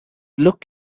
looked